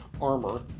armor